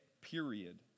Period